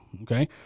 Okay